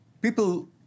people